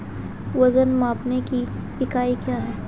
वजन मापने की इकाई क्या है?